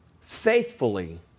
faithfully